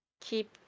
keep